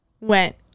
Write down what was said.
went